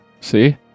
See